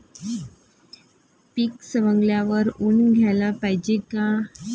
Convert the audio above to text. पीक सवंगल्यावर ऊन द्याले पायजे का?